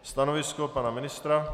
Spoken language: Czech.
Stanovisko pana ministra?